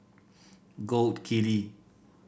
Gold Kili